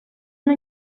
una